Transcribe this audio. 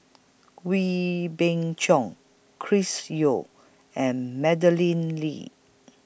Wee Beng Chong Chris Yeo and Madeleine Lee